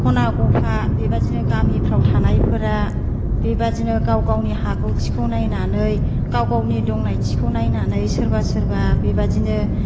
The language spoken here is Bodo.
खना गफा बेबादिनो गामिफ्राव थानायफोरा बेबायदिनो गाव गावनि हागौथिखौ नायनानै गाव गावनि दंनायथिखौ नायनानै सोरबा सोरबा बेबायदिनो